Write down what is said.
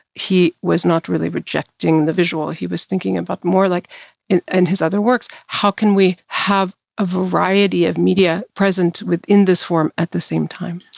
he was not really rejecting the visual. he was thinking about, more like in and his other works, how can we have a variety of media present, within this form, at the same time.